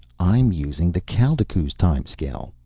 i'm using the kaldekooz time-scale,